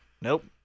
Nope